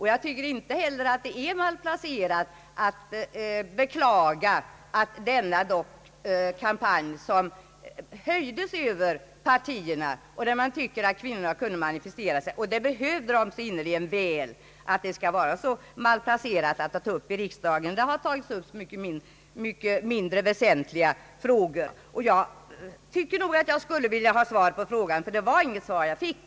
Jag tycker inte heller det är malplacerat att här i remissdebatten beklaga, att det gick som det gick med denna kampanj, som höjts över partierna och kunnat ge kvinnorna tillfälle att manifestera sig, vilket väl behövs. Det har tagits upp mindre väsentliga frågor i remissdebatten. Jag skulle vilja ha svar på min fråga, ty det var inget svar jag fick.